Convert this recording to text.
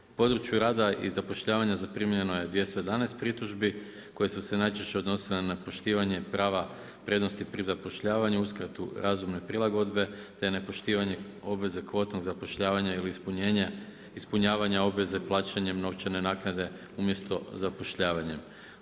U području rada i zapošljavanja zaprimljeno je 211 pritužbi koje su se najčešće odnosile na poštivanje prava prednosti pri zapošljavanju, uskratu razumne prilagodbe te nepoštivanje obveze kvotnog zapošljavanja ili ispunjavanja obveze plaćanjem novčane naknade umjesto zapošljavanjem.